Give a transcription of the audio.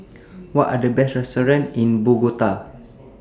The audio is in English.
What Are The Best restaurants in Bogota